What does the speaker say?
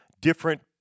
different